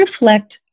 reflect